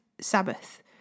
Sabbath